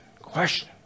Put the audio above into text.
question